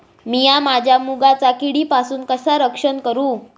मीया माझ्या मुगाचा किडीपासून कसा रक्षण करू?